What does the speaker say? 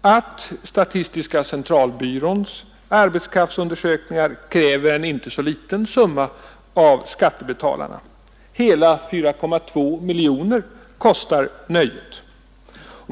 att statistiska centralbyråns arbetskraftsundersökningar kräver en inte så liten summa av skattebetalarna — hela 4,2 miljoner kostar nöjet.